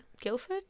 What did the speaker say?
Guildford